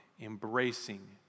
embracing